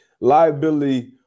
liability